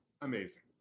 amazing